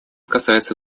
касается